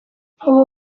ubu